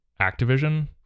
Activision